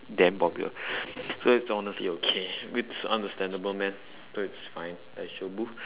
damn popular so it's honestly okay it's understandable man so it's fine daijoubu